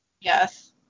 Yes